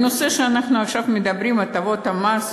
הנושא שאנחנו עכשיו מדברים עליו, הטבות המס,